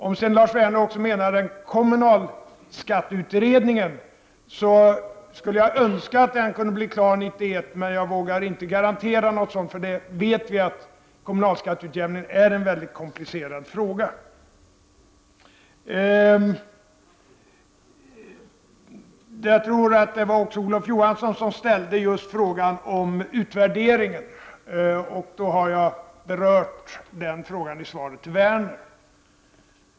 Om Lars Werner menar även kommunalskatteutredningen, vill jag säga att jag önskar att den kunde bli klar 1991 men att jag inte vågar garantera något sådant, för vi vet att kommunalskatteutjämning är en väldigt komplicerad fråga. Jag tror att det var Olof Johansson som ställde frågan om utvärdering, och då har jag berört den frågan i svaret till Werner.